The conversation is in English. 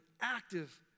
active